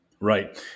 Right